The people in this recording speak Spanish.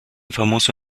famoso